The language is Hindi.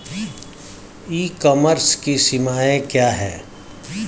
ई कॉमर्स की सीमाएं क्या हैं?